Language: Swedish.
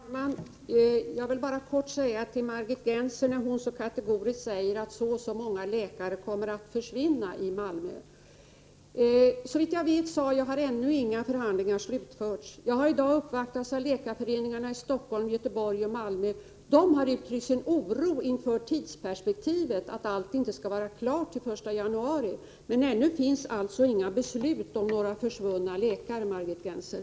Herr talman! Jag vill bara kortfattat säga till Margit Gennser, när hon så kategoriskt påstår att så och så många läkare i Malmö kommer att försvinna, att några förhandlingar, såvitt jag vet, ännu inte har slutförts. Jag har i dag uppvaktats av företrädare för läkarföreningarna i Stockholm, Göteborg och Malmö. De har uttryckt oro inför tidsperspektivet, att allt inte skall vara klart till den 1 januari. Men ännu föreligger alltså inga beslut om några indragna läkartjänster, Margit Gennser.